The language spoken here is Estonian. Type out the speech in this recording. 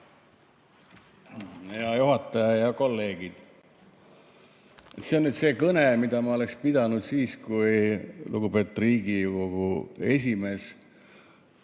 Hea juhataja! Head kolleegid! See on nüüd see kõne, mille ma oleksin pidanud siis, kui lugupeetud Riigikogu esimees